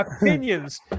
opinions